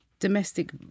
Domestic